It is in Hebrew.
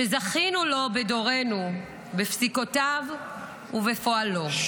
שזכינו לו בדורנו, בפסיקותיו ובפועלו.